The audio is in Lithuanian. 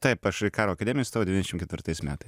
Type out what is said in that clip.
taip aš į karo akademiją įstojau devyniasdešim ketvirtais metai